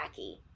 wacky